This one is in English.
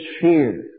fear